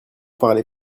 parlez